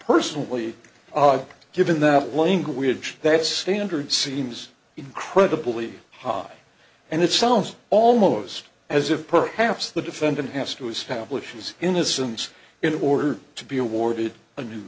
personally given that language that standard seems incredibly high and it sounds almost as if per haps the defendant has to establish his innocence in order to be awarded a new